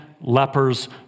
lepers